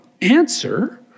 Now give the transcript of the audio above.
answer